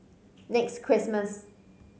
next Christmas